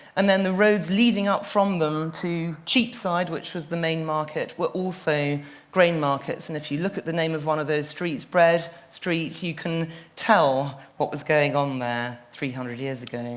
and the roads leading up from them to cheapside, which was the main market, were also grain markets. and if you look at the name of one of those streets, bread street, you can tell what was going on there three hundred years ago.